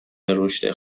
رشد